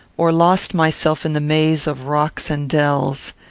or lost myself in the maze of rocks and dells.